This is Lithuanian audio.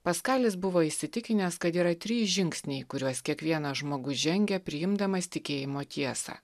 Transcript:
paskalis buvo įsitikinęs kad yra trys žingsniai kuriuos kiekvienas žmogus žengia priimdamas tikėjimo tiesą